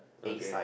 okay